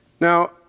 Now